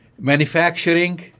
manufacturing